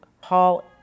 Paul